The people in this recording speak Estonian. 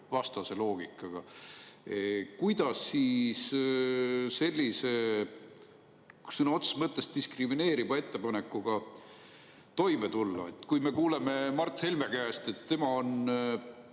loogikaga. Kuidas siis sellise sõna otseses mõttes diskrimineeriva ettepanekuga toime tulla? Kui me kuuleme Mart Helme käest, et tema on